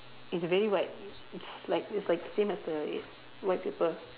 it's very white it's like it's like same as the err white paper